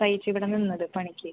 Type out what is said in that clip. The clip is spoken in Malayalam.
സഹിച്ച് ഇവിടെ നിന്നത് പണിക്ക്